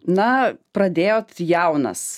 na pradėjot jaunas